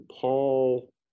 Paul